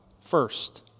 first